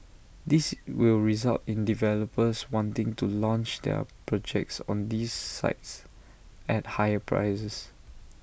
this will result in developers wanting to launch their projects on these sites at higher prices